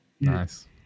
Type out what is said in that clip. Nice